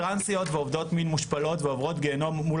טרנסיות ועובדות מין מושפלות ועוברות גיהנום מול